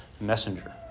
messenger